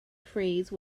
freeze